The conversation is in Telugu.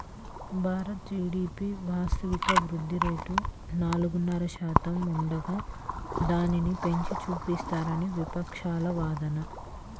భారత్ జీడీపీ వాస్తవిక వృద్ధి రేటు నాలుగున్నర శాతం ఉండగా దానిని పెంచి చూపిస్తున్నారని విపక్షాల వాదన